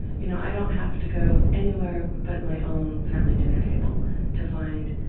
you know, i don't have to go anywhere but my own family dinner table to find